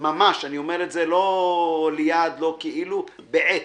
אני אומר את זה ממש, לא ליד ולא כאילו, בעט.